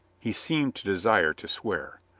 he seemed to desire to swear.